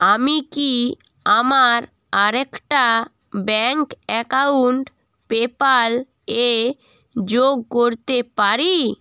আমি কি আমার আরেকটা ব্যাঙ্ক অ্যাকাউন্ট পেপ্যাল এ যোগ করতে পারি